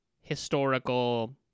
historical